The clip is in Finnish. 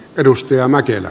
arvoisa puhemies